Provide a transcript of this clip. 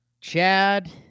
Chad